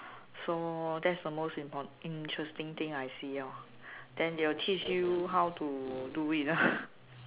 so that's the most import~ the most interesting thing I see lor then they will teach you how to do it lah